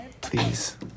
please